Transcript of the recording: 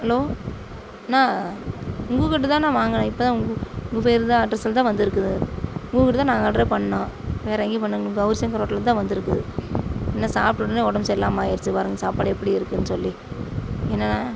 hello அண்ணா உங்ககிட்ட தான்ணா வாங்கினேன் இப்போ தான் உங்கள் பெயரு தான் அட்ரஸில் தான் வந்துருக்கிது உங்க கிட்ட தான் நாங்கள் ஆட்ரே பண்ணிணோம் வேற எங்கேயும் பண்ணுங் கௌரிசங்கர் ஓட்டல்லேருந்துதான் வந்துருக்குது என்ன சாப்பிட்ட உடனே உடம்பு சரி இல்லாமல் ஆகிருச்சு பாருங்க சாப்பாடு எப்படி இருக்குதுன்னு சொல்லி என்ன அண்ணா